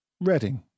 Reading